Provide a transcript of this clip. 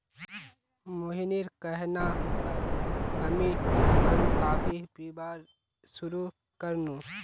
मोहिनीर कहना पर हामी ब्रू कॉफी पीबार शुरू कर नु